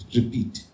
Repeat